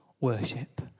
worship